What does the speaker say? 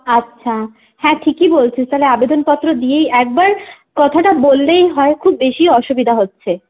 আচ্ছা হ্যাঁ ঠিকই বলেছে তাহলে আবেদনপত্র দিয়েই একবার কথাটা বললেই হয় খুব বেশিই অসুবিধা হচ্ছে